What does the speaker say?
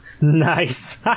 Nice